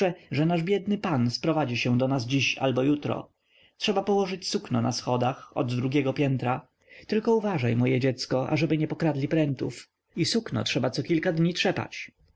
kacprze że nasz biedny pan sprowadzi się do nas dziś albo jutro trzeba położyć sukno na schodach od drugiego piętra tylko uważaj moje dziecko ażeby nie pokradli prętów i sukno trzeba cokilka dni trzepać